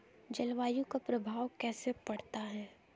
जलवायु का प्रभाव कैसे पड़ता है?